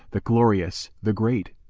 the glorious, the great!